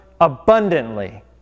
abundantly